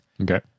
Okay